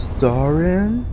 Starring